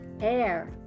air